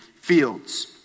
fields